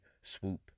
swoop